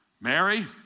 Mary